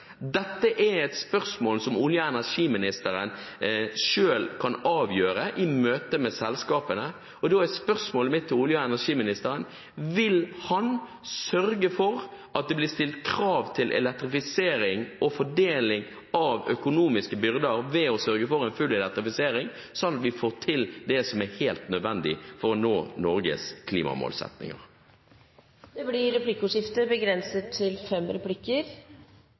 Dette er et spørsmål som olje- og energiministeren selv kan avgjøre i møte med selskapene. Mitt spørsmål til olje- og energiministeren er: Vil ministeren sørge for at det blir stilt krav til full elektrifisering og en fordeling av økonomiske byrder, sånn at vi får gjort det som er helt nødvendig for å nå Norges klimamålsettinger? Det blir replikkordskifte.